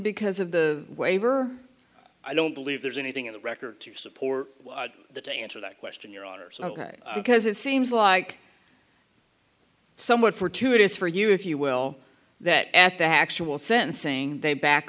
because of the waiver i don't believe there's anything in the record to support the to answer that question your honor so ok because it seems like somewhat fortuitous for you if you will that at the actual sentencing they back